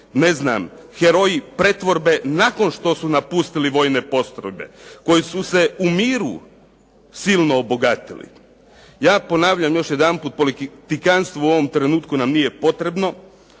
postali heroji pretvorbe nakon što su napustili vojne postrojbe, koje su se u miru silno obogatili? Ja ponavljam još jedanput, politikantstvo u ovom trenutku nam nije potrebno.